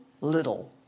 little